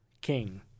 king